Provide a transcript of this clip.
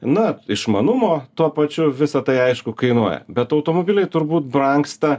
na išmanumo tuo pačiu visa tai aišku kainuoja bet automobiliai turbūt brangsta